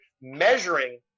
measuring